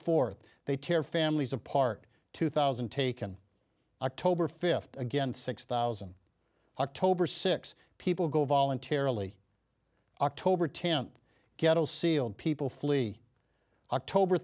fourth they tear families apart two thousand taken october fifth again six thousand october six people go voluntarily october tenth get all sealed people flee october